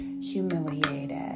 humiliated